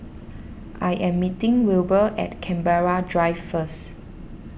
I am meeting Wilber at Canberra Drive first